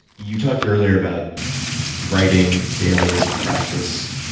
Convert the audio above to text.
you talked earlier about writing daily as a practice,